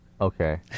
okay